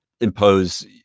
impose